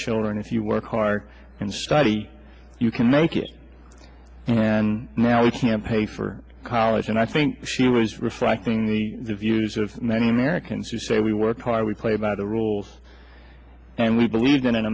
children if you work hard and study you can make it and now you can pay for college and i think she was reflecting the views of many americans who say we work hard we play by the rules and we believed in